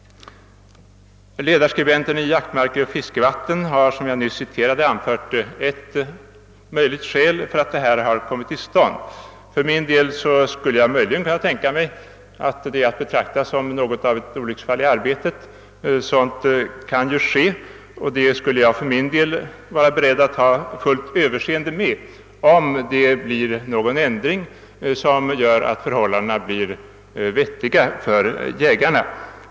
Ledarskribenten i Jaktmarker och Fiskevatten, som jag nyss citerade, har anfört ett möjligt skäl för att detta förbud har kommit till stånd. För min del skulle jag kunna tänka mig att det är att betrakta som något av ett olycksfall i arbetet. Sådana kan ju inträffa, och personligen skulle jag vara fullt beredd att överse med olycksfallet, om det blir någon ändring som leder till vettiga förhållanden för jägarna.